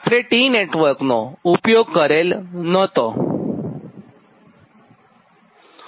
આપણે T નેટવર્કનો ઊપયોગ કરેલ ન હતું